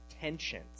tensions